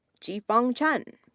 qifeng chen,